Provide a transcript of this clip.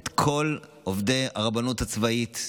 את כל עובדי הרבנות הצבאית,